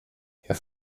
herr